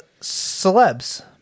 celebs